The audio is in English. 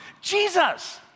Jesus